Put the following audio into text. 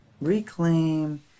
reclaim